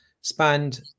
spanned